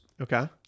Okay